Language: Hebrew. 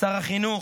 שר החינוך,